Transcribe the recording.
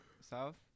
South